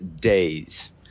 Days